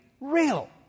real